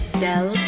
del